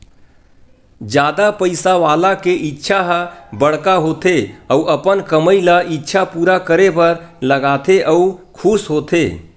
जादा पइसा वाला के इच्छा ह बड़का होथे अउ अपन कमई ल इच्छा पूरा करे बर लगाथे अउ खुस होथे